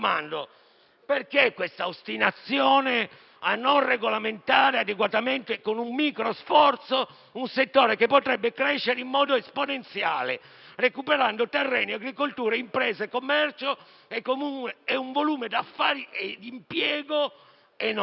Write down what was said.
perché questa ostinazione a non regolamentare adeguatamente con un micro sforzo un settore che potrebbe crescere in modo esponenziale, recuperando terreni, agricoltura, imprese, commercio e un volume d'affari e di impiego enorme.